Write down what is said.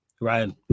Ryan